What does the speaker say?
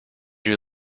you